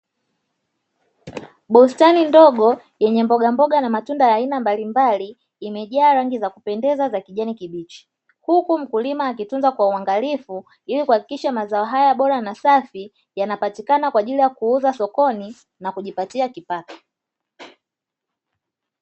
Bustani ndogo yenye mbogamboga na matunda ya aina mbalimbali imejaa rangi za kupendeza za kijani kibichi, huku mkulima akitunza kwa uangalifu ili kuhakikisha mazao haya bora na safi yanapatikana kwa ajili ya kuuza sokoni na kujipatia kipato.